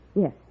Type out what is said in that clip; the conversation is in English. Yes